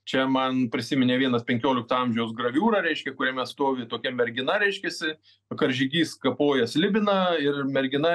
čia man prisiminė vienas penkiolikto amžiaus graviūrą reiškia kuriame stovi tokia mergina reiškiasi karžygys kapoja slibiną ir mergina